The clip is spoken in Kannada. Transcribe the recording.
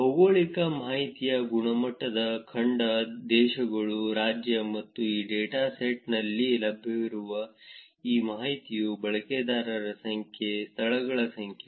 ಭೌಗೋಳಿಕ ಮಾಹಿತಿಯ ಗುಣಮಟ್ಟವು ಖಂಡ ದೇಶಗಳು ರಾಜ್ಯ ಮತ್ತು ಈ ಡೇಟಾಸೆಟ್ನಲ್ಲಿ ಲಭ್ಯವಿರುವ ಈ ಮಾಹಿತಿಯು ಬಳಕೆದಾರರ ಸಂಖ್ಯೆ ಸ್ಥಳಗಳ ಸಂಖ್ಯೆ